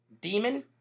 Demon